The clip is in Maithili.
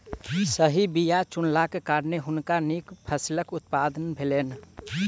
सही बीया चुनलाक कारणेँ हुनका नीक फसिलक उत्पादन भेलैन